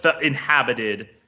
inhabited